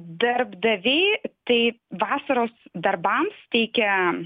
darbdaviai tai vasaros darbams teikia